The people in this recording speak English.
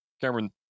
Cameron